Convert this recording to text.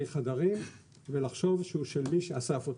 חדרים ולחשוב שהוא של מי שאסף אותו,